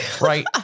right